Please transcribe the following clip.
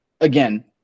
again